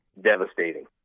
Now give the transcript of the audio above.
devastating